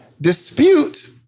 dispute